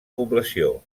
població